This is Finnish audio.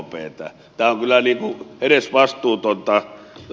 tämä on kyllä edesvastuutonta asiaa